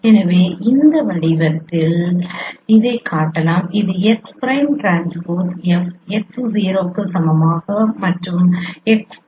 எனவே இந்த வடிவத்தில் இதைக் காட்டலாம் இது x prime transpose F x 0 க்கு சமமாகவும் மற்றும் x பிரைம் H x என்பதற்கு சான்றாகும்